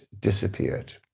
disappeared